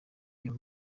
nayo